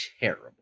terrible